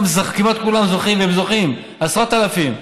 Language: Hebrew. כמעט כולם זוכים, והם זוכים, עשרות אלפים.